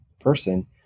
person